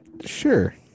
sure